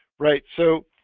right, so